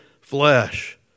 flesh